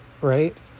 right